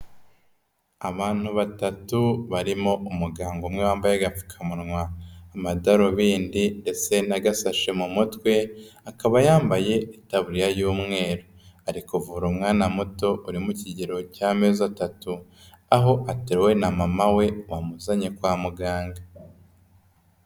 Abantu batatu barimo umuganga umwe wambaye agapfukamunwa, amadarubindi ndetse n'agasashe mu mutwe akaba yambaye itaburiya y'umweru, ari kuvura umwana muto uri mu kigero cy'amezi atatu, aho ateruwe na mama we wamuzanye kwa muganga.